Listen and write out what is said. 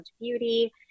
beauty